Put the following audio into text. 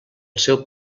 seu